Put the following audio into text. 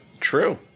True